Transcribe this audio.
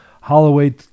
Holloway